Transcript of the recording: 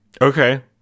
Okay